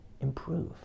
improve